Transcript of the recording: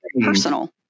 personal